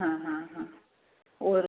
हाँ हाँ हाँ और